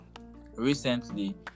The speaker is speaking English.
Recently